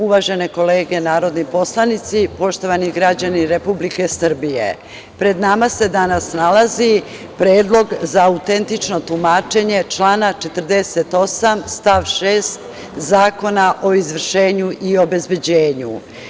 Uvažene kolege narodni poslanici, poštovani građani Republike Srbije, pre nama se danas nalazi Predlog za autentično tumačenje člana 48. stav 6. Zakona o izvršenju i obezbeđenju.